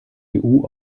cpu